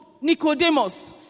Nicodemus